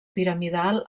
piramidal